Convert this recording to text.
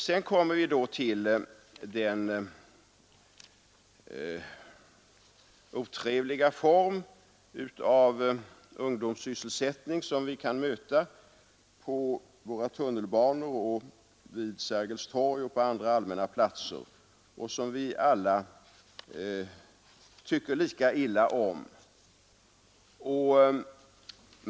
Sedan kommer vi till den otrevliga form av ungdomssysselsättning, som vi kan möta på tunnelbanor och på andra allmänna platser och som vi alla tycker lika illa om.